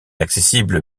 accessible